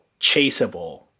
chaseable